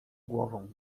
głową